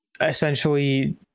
essentially